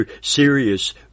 serious